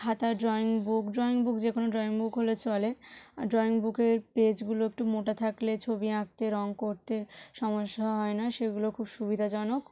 খাতা drawing book drawing book যে কোনো ড্রয়িং বুক হলে চলে ড্রয়িং বুকের পেজগুলো একটু মোটা থাকলে ছবি আঁকতে রঙ করতে সমস্যা হয় না সেগুলো খুব সুবিধাজনক